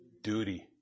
Duty